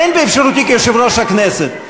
אין באפשרותי כיושב-ראש הכנסת.